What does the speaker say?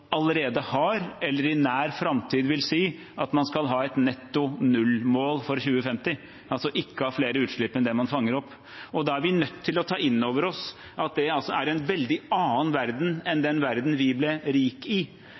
allerede har – eller i nær framtid vil si at man skal ha – et netto null-mål for 2050, altså ikke ha flere utslipp enn det man fanger opp. Da er vi nødt til å ta inn over oss at det er en veldig annen verden enn den verdenen vi ble rike i,